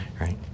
Right